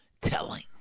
telling